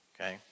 okay